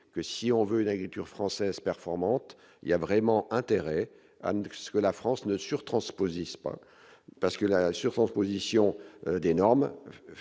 que si on veut une Agropur françaises performantes, il y a vraiment intérêt à ce que la France ne sur transposition parce que la surface position d'énormes